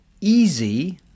easy